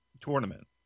tournament